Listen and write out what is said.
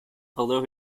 although